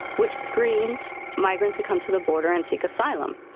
which screens migrants who come to the border and seek asylum.